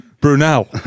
Brunel